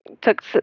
took